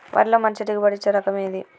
వరిలో మంచి దిగుబడి ఇచ్చే రకం ఏది?